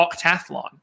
Octathlon